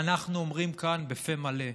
ואנחנו אומרים כאן בפה מלא: